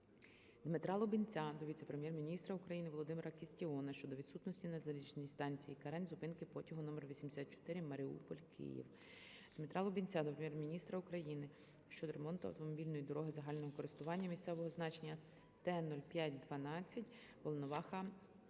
Дмитра Лубінця до віце-прем'єр-міністра України Володимира Кістіона щодо відсутності на залізничній станції Карань зупинки потягу №84 Маріуполь-Київ. Дмитра Лубінця до Прем'єр-міністра України щодо ремонту автомобільної дороги загального користування місцевого значення Т-05-12 Волноваха-Бойківське.